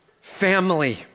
family